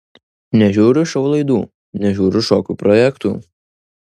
nežiūriu šou laidų nežiūriu šokių projektų